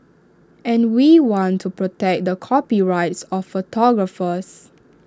and we want to protect the copyrights of photographers